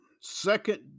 Second